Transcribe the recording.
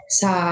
sa